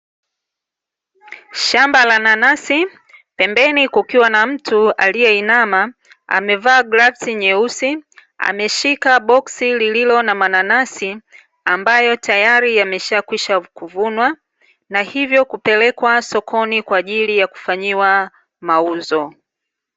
Shamba la nanasi, pembeni kukiwa na mtu aliyeinama, amevaa glavzi nyeusi, ameshika boksi lililo na mananasi ambayo tayari yameshakwisha kuvunwa, na hivyo kupelekwa sokoni kwa ajili ya kufanyiwa mauzo.